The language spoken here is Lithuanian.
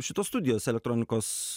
šitos studijos elektronikos